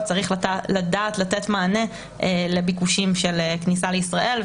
צריך לדעת לתת מענה לביקושים של כניסה לישראל.